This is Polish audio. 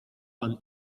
pan